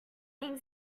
saying